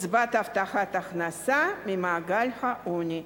קצבת הבטחת הכנסה ממעגל העוני,